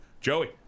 Joey